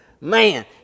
Man